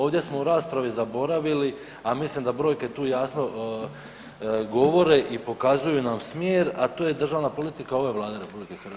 Ovdje smo u raspravi zaboravili, a mislim da brojke tu jasno govore i pokazuju nam smjer, a to je državna politika ove Vlade RH.